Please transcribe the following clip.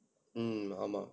mm